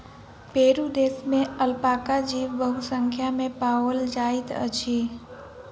Peru देश में alpaca जीव बहुसंख्या में पाओल जाइत अछि